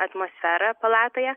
atmosferą palatoje